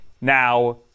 now